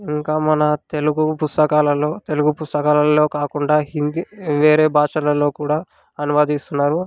ఇంకా మన తెలుగు పుస్తకాలల్లో తెలుగు పుస్తకాలల్లో కాకుండా హిందీ వేరే భాషలల్లో కూడా అనువదిస్తున్నారు